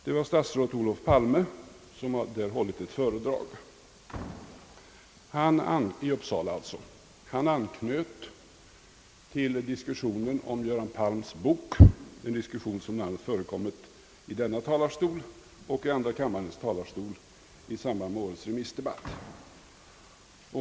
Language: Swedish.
Det var statsrådet Olof Palme som hållit ett föredrag i Uppsala. Han anknöt till diskussionen om Göran Palms bok — en diskussion som förekommit i denna kammare och i andra kammaren vid årets remissdebatt.